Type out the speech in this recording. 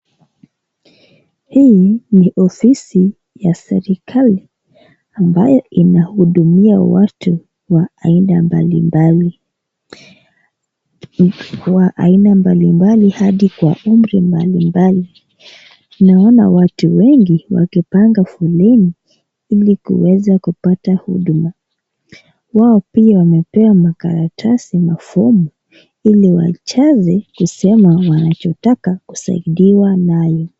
Hii ni ofisi ya serikali ambayo inahudumia watu wa aina mbalimbali hadi kwa umri mbalimbali. Naona watu wengi wakipanga foleni ili kuweza kupata huduma. Wao pia wamepewa makaratasi na fomu ili wajaze kusema wanachotaka kusaidiwa nayo.